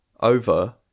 over